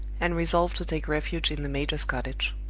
and resolved to take refuge in the major's cottage.